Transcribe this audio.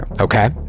Okay